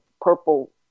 purple